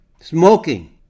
Smoking